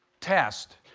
test.